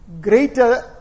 greater